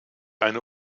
eine